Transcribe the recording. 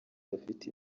bafite